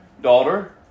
daughter